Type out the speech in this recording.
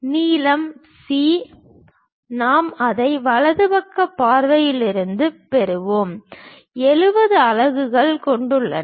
நீளம் சி நாம் அதை வலது பக்க பார்வையில் இருந்து பெறுவோம் 70 அலகுகள் கொடுக்கப்பட்டுள்ளன